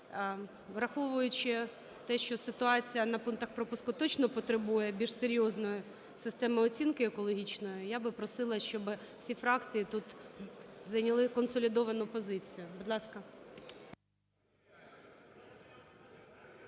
Враховуючи те, що ситуація на пунктах пропуску точно потребує більш серйозної системи оцінки екологічної, я би просила, щоб всі фракції тут зайняли консолідовану позицію. Будь ласка.